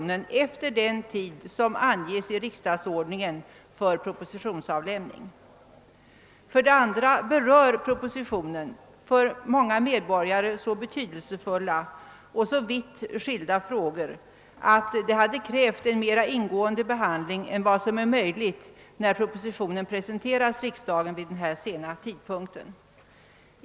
nen efter den tid som anges i riksdagsordningen för propositionsavlämning. För det andra berör propositionen för många medborgare så betydelsefulla och vitt skilda frågor, att det hade krävts en mera ingående behandling än vad som är möjligt då propositionen presenteras i riksdagen vid den här sena tidpunkten.